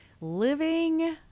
living